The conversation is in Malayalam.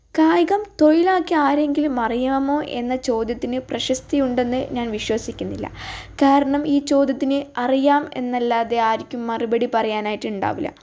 കായികം തൊഴിലാക്കിയ ആരെങ്കിലും അറിയാമോ എന്ന ചോദ്യത്തിന് പ്രശസ്തി ഉണ്ടെന്ന് ഞാൻ വിശ്വസിക്കുന്നില്ല കാരണം ഈ ചോദ്യത്തിന് അറിയാം എന്നല്ലാതെ ആർക്കും മറുപടി പറയാനായിട്ടുണ്ടാവില്ല